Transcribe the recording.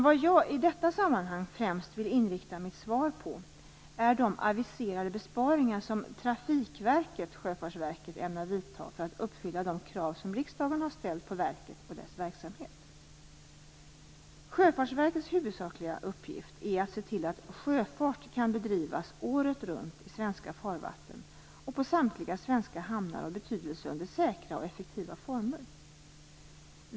Vad jag i detta sammanhang främst vill inrikta mitt svar på är de aviserade besparingar som trafikverket Sjöfartsverket ämnar vidta för att uppfylla de krav som riksdagen har ställt på verket och dess verksamhet. Sjöfartsverkets huvudsakliga uppgift är att se till att sjöfart kan bedrivas året runt i svenska farvatten och på samtliga svenska hamnar av betydelse under säkra och effektiva former.